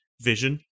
vision